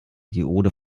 diode